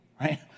right